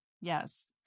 yes